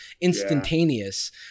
instantaneous